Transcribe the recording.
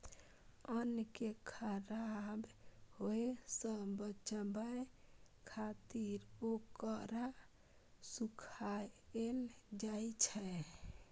अन्न कें खराब होय सं बचाबै खातिर ओकरा सुखायल जाइ छै